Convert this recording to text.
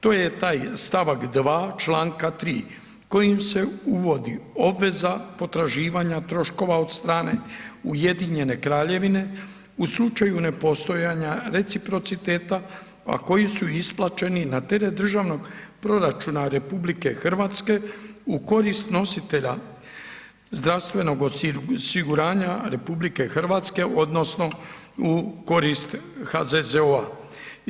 To je taj stavak 2. članka 3. kojim se uvodi obveza potraživanja troškova od strane Ujedinjene Kraljevine u slučaju nepostojanja reciprociteta a koji su isplaćeni na teret Državnog proračuna Republike Hrvatske u korist nositelja zdravstvenog osiguranja Republike Hrvatske odnosno u korist HZZO-a.